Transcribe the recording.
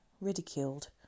ridiculed